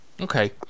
Okay